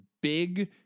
big